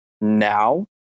now